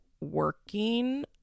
working